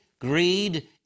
greed